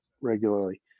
regularly